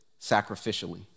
sacrificially